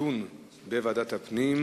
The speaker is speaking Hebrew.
הדיון מתמקד במחלוקת סביב הדוח הפדגוגי